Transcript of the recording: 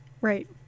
right